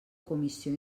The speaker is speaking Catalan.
comissió